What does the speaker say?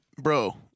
bro